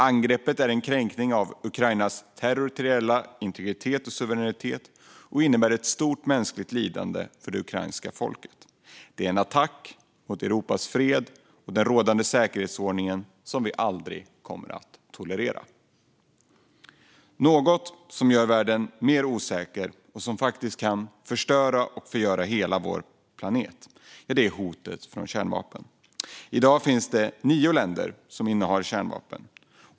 Angreppet är en kränkning av Ukrainas territoriella integritet och suveränitet och innebär ett stort mänskligt lidande för det ukrainska folket. Det är en attack mot Europas fred och rådande säkerhetsordning som vi aldrig kommer att tolerera. Något som gör världen mer osäker och som faktiskt kan förstöra och förgöra hela vår planet är hotet från kärnvapen. I dag finns det nio länder som innehar kärnvapen.